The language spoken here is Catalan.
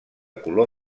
color